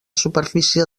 superfície